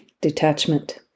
Detachment